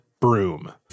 broom